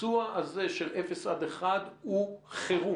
הביצוע הזה של אפס עד אחד קילומטר הוא חירום.